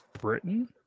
Britain